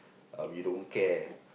uh we don't care